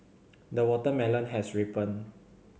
the watermelon has ripened